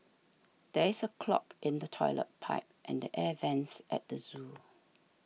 there is a clog in the Toilet Pipe and the Air Vents at the zoo